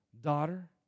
daughter